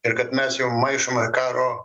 ir kad mes jau maišome karo